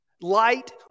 Light